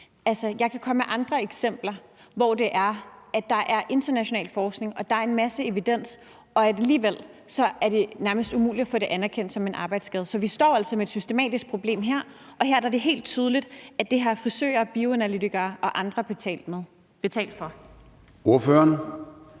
jeg kan komme med andre eksempler, hvor der er international forskning og en masse evidens, og alligevel er det nærmest umuligt at få det anerkendt som en arbejdsskade. Så vi står altså med et systematisk problem, og her er det helt tydeligt, at det er frisører, bioanalytikere og andre, der har betalt for det.